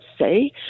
say